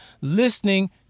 listening